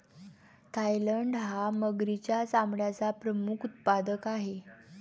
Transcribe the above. Thailand हा मगरीच्या चामड्याचा प्रमुख उत्पादक आहे